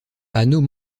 anneau